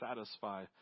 satisfy